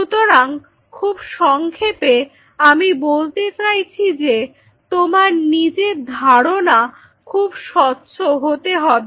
সুতরাং খুব সংক্ষেপে আমি বলতে চাইছি যে তোমার নিজের ধারণা খুব স্বচ্ছ হতে হবে